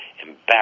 embarrassed